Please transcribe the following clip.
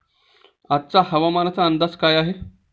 आजचा हवामानाचा अंदाज काय आहे?